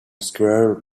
squirrel